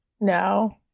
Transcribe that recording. No